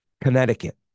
Connecticut